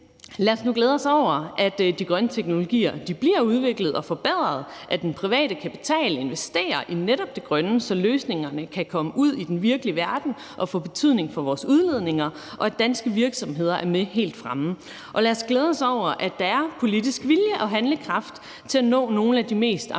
lad os nu glæde os over, at de grønne teknologier bliver udviklet og forbedret, og at den private kapital investerer i netop det grønne, så løsningerne kan komme ud i den virkelige verden og få betydning for vores udledninger, og at danske virksomheder er med helt fremme. Og lad os glæde os over, at der er politisk vilje og handlekraft til at nå nogle af de mest ambitiøse